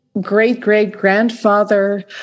great-great-grandfather